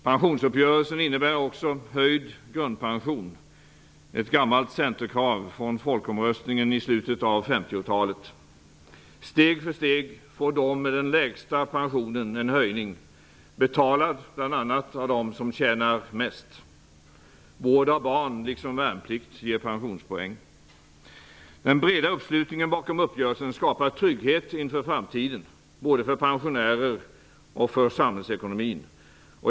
Pensionsuppgörelsen innebär också höjd grundpension. Det är ett gammalt centerkrav från folkomröstningen i slutet av 50-talet. Steg för steg får de med den lägsta pensionen en höjning, betalad bl.a. av dem som tjänar mest. Vård av barn liksom värnplikt ger pensionspoäng. Den breda uppslutningen bakom uppgörelsen skapar trygghet inför framtiden både för pensionärer och för samhällsekonomin.